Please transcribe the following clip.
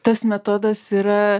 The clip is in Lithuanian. tas metodas yra